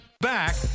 Back